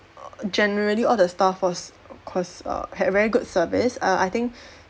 generally all the staff was cause err had very good service err I think